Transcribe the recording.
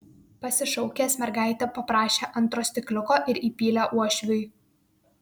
pasišaukęs mergaitę paprašė antro stikliuko ir įpylė uošviui